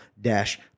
dash